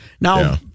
Now